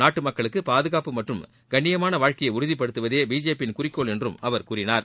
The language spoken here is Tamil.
நாட்டு மக்களுக்கு பாதுகாப்பு மற்றும் கண்ணியமாள வாழ்க்கையை உறுதிபடுத்துவதே பிஜேபியின் குறிக்கோள் என்று அவர் கூறினார்